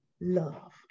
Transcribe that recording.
love